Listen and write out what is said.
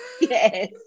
Yes